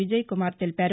విజయ్ కుమార్ తెలిపారు